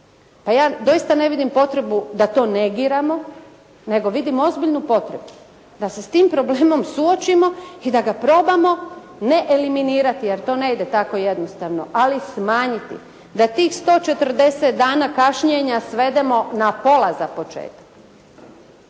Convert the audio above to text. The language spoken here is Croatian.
Pa ja doista ne vidim potrebu da to negiramo, nego vidim ozbiljnu potrebu da se sa tim problemom suočimo i da ga probamo ne elimirati jer to ne ide tako jednostavno, ali smanjiti da tih 140 dana kašnjenja svedemo na pola za početak.